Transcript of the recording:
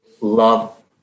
love